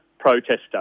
Protester